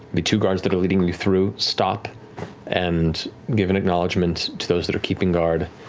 the two guards that are leading you through stop and give an acknowledgement to those that are keeping guard.